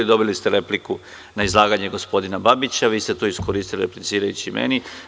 Dobili ste repliku na izlaganje gospodina Babića, a vi ste to iskoristili da replicirajući meni.